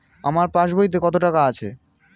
আমার পাস বইতে কত টাকা আছে?